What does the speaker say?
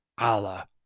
Allah